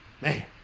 Man